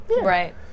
Right